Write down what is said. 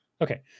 Okay